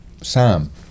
Sam